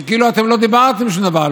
וכאילו אתם לא אמרתם שום דבר,